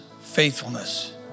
faithfulness